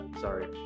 Sorry